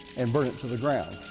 and burnt it to the ground.